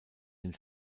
den